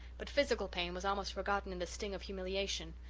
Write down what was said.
but physical pain was almost forgotten in the sting of humiliation.